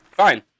Fine